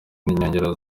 n’inkengero